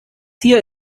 hier